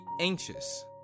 anxious